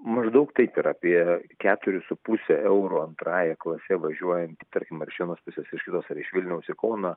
maždaug taip yra apie keturis su puse euro antrąja klase važiuojant tarkim ar iš vienos pusės iš kitos ar iš vilniaus į kauną